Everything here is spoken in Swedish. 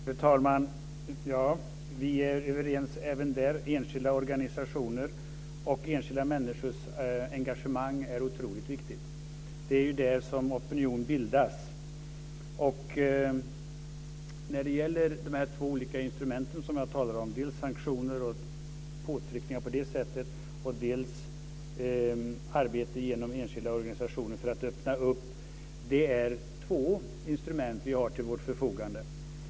Fru talman! Vi är överens även om detta. Enskilda organisationer och enskilda människors engagemang är otroligt viktigt. Det är ju där som opinion bildas. Vi har två olika instrument till vårt förfogande: sanktioner, och påtryckningar på det sättet, samt arbete genom enskilda organisationer för att öppna upp det hela.